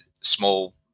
small